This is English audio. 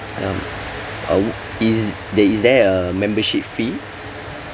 um oh is there is there a membership fee